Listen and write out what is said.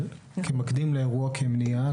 אבל כמקדים לאירוע כמניעה,